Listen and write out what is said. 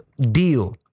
deal